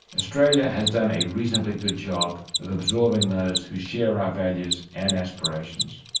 australia has done a reasonably good job of absorbing those who share our values and aspirations.